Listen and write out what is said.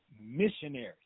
missionaries